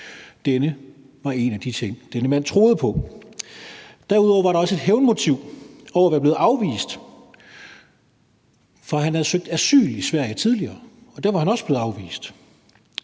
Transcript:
Denne var en af de ting, denne mand troede på. Derudover var der også et hævnmotiv over at være blevet afvist, for han havde søgt asyl i Sverige tidligere, og der var han også blevet afvist.